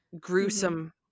gruesome